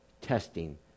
testing